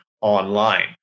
online